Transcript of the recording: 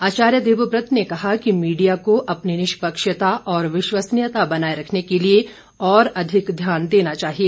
आचार्य देववत ने कहा कि मीडिया को अपनी निष्पक्षता और विश्वसनीयता बनाए रखने के लिए और अधिक ध्यान देना चाहिए